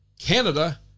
Canada